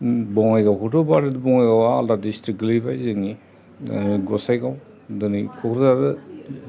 बङाइगाव खौथ' बाद होदो बङाइगावा आलदा दिसट्रिक गोलैबाय जोंनि गसाइगाव दोनै क'क्राझार